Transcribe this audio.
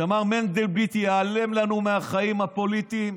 שמר מנדלבליט ייעלם לנו מהחיים הפוליטיים,